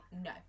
no